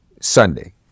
Sunday